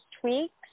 tweaks